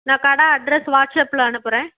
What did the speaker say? நான் கடை அட்ரஸ் வாட்ஸ்ஆப்பில் அனுப்புகிறேன்